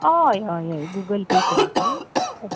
हय हय हय गुगल पे करात आं